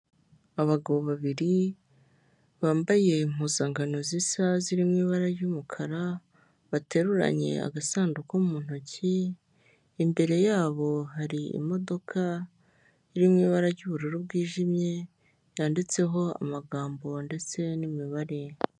Abagabo babiri bambaye impuzankano zisa ziri mu ibara ry'umukara bateruranye agasanduku mu ntoki, imbere yabo hari imodoka iri mu ibara ry'ubururu bwijimye yanditseho amagambo ndetse n'imibare.